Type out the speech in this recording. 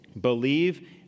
believe